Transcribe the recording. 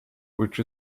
which